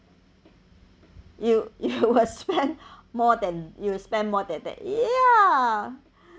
you you will spend more than you will spend more than that ya